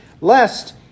lest